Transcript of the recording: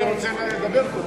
אני רוצה לדבר קודם.